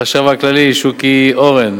לחשב הכללי שוקי אורן,